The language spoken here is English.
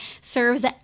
serves